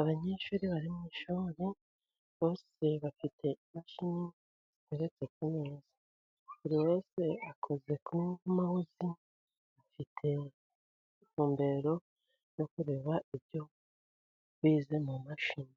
Abanyeshuri bari mu ishuri, bose bafite imashini ziteretse ku meza. Buri wese akoze ku meza, afite intumbero yo kureba ibyo bize mu mashini.